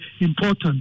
important